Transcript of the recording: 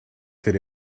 could